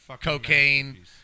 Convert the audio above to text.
cocaine